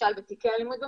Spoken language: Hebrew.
למשל בתיקי אלימות במשפחה,